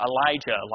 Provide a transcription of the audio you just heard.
Elijah